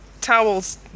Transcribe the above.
Towels